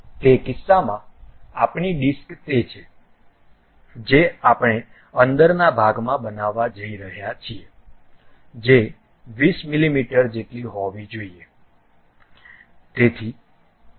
તે કિસ્સામાં આપણી ડિસ્ક તે છે જે આપણે અંદરના ભાગમાં બનાવવા જઈ રહ્યા છીએ જે 20 મીમી જેટલી હોવી જોઈએ